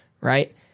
right